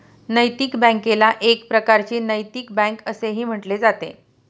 नैतिक बँकेला एक प्रकारची नैतिक बँक असेही म्हटले जाते